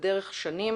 בדרך שנים